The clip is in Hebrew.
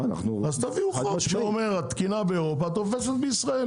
אז תביאו חוק שאומר התקינה באירופה תופסת בישראל.